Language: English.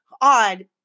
odd